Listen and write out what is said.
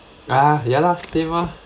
ah ya lah same ah